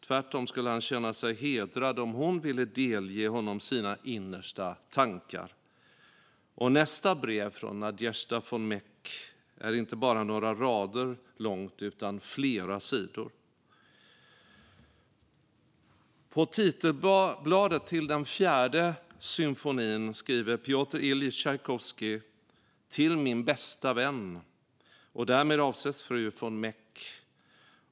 Tvärtom skulle han känna sig hedrad om hon ville delge honom sina innersta tankar. Och nästa brev från Nadezjda von Meck är inte bara några rader långt utan flera sidor. På titelbladet till den fjärde symfonin skriver Pjotr Iljitj Tjajkovskij: Till min bästa vän. Därmed avses fru von Meck.